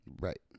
Right